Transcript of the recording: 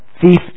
thief